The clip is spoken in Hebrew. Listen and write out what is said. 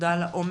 ותודה על האומץ